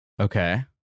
Okay